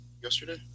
yesterday